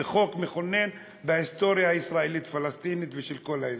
בחוק מכונן בהיסטוריה הישראלית-פלסטינית ושל כל האזור.